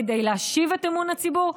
כדי להשיב את אמון הציבור,